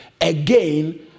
again